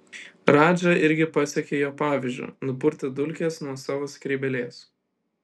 radža irgi pasekė jo pavyzdžiu nupurtė dulkes nuo savo skrybėlės